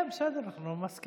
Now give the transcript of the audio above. למה במליאה?